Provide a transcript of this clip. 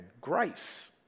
grace